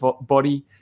body